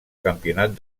campionat